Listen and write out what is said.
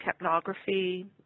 capnography